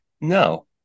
No